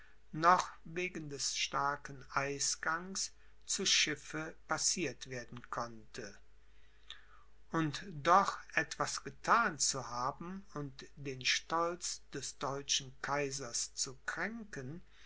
noch wegen des starken eisgangs zu schiffe passiert werden konnte um doch etwas gethan zu haben und den stolz des deutschen kaisers zu kränken